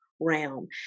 realm